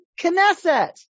Knesset